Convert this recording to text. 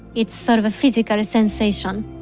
it's sort of a physical sensation